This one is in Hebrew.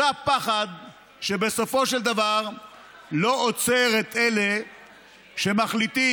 זה הפחד שבסופו של דבר לא עוצר את אלה שמחליטים,